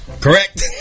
Correct